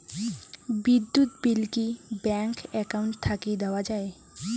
বিদ্যুৎ বিল কি bank account থাকি দেওয়া য়ায়?